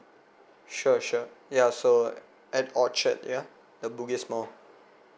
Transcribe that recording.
sure sure ya so at orchard yeah the bugis mall